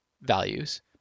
values